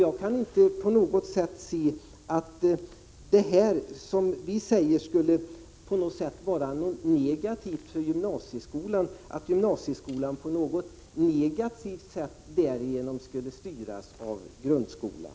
Jag kan inte inse att det som vi säger på något sätt skulle vara negativt för gymnasieskolan eller att gymnasieskolan på något negativt sätt skulle styras av grundskolan.